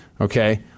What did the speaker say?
Okay